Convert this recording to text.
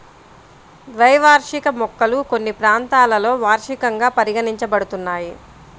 ద్వైవార్షిక మొక్కలు కొన్ని ప్రాంతాలలో వార్షికంగా పరిగణించబడుతున్నాయి